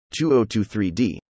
2023D